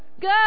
Go